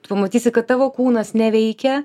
tu pamatysi kad tavo kūnas neveikia